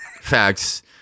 Facts